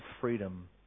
freedom